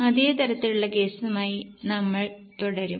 അതേ തരത്തിലുള്ള കേസുമായി നമ്മൾ തുടരും